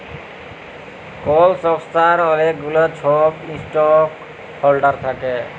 call সংস্থার অলেক গুলা ছব ইস্টক হল্ডার থ্যাকে